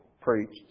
preached